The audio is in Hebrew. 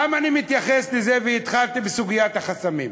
למה אני מתייחס לזה, והתחלתי בסוגיית החסמים?